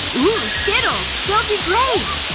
ooh skittles! they'll be great